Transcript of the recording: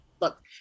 look